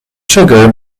sugar